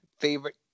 favorite